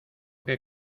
que